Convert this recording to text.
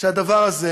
שהדבר הזה